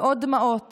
ועוד דמעות